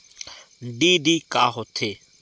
DD का होथे?